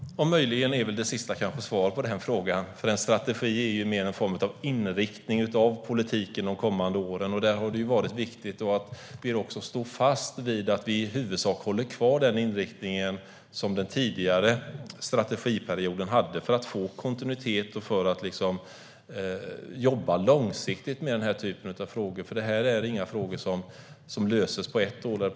Herr talman! Möjligen är väl det sistnämnda svar på frågan, för en strategi är ju mer en form av inriktning av politiken för de kommande åren. Det har varit viktigt att vi i huvudsak står fast vid samma inriktning som den som gällde under den tidigare strategiperioden för att få kontinuitet och jobba långsiktigt med den här typen av frågor. Det här är inga frågor som löses på ett eller två år.